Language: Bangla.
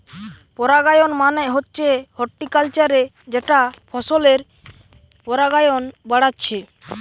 পরাগায়ন মানে হচ্ছে হর্টিকালচারে যেটা ফসলের পরাগায়ন বাড়াচ্ছে